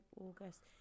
August